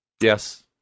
Yes